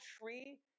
tree